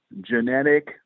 genetic